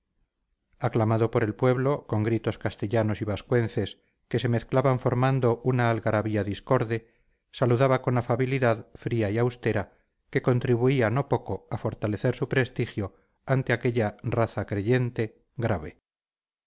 aclamado por el pueblo con gritos castellanos y vascuences que se mezclaban formando una algarabía discorde saludaba con la afabilidad fría y austera que contribuía no poco a fortalecer su prestigio ante aquella raza creyente grave